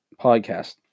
podcast